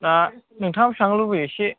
दा नोंथांआ बेसेबां लुबैयो इसे